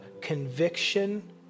conviction